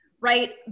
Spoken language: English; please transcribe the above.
right